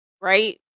right